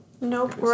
Nope